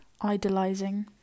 idolizing